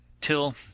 till